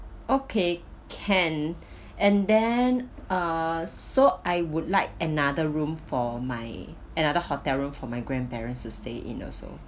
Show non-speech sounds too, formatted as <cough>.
okay can <breath> and then uh so I would like another room for my another hotel room for my grandparents to stay in also